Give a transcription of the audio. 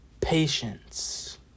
patience